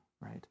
right